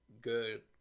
good